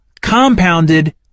compounded